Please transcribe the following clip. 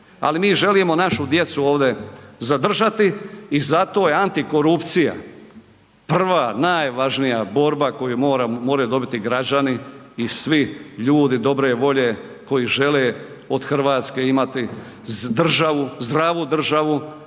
ali mi želimo našu djecu ovdje zadržati i zato je antikorupcija prva najvažnija borba koju moraju dobiti građani i svi ljudi dobre volje koji žele od Hrvatske imati državu, zdravu